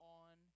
on